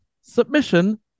submission